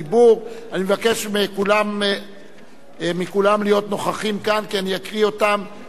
אני מבקש מכולם להיות נוכחים כאן כי אני אקריא את שמותיהם לפי הסדר.